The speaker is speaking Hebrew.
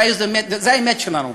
זאת האמת שלנו,